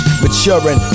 maturing